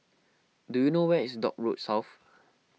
do you know where is Dock Road South